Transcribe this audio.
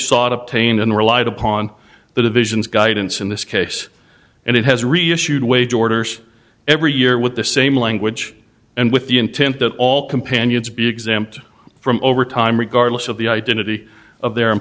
sought of pain and relied upon the division's guidance in this case and it has reissued wage orders every year with the same language and with the intent that all companions be exempt from overtime regardless of the identity of the